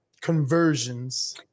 conversions